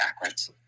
backwards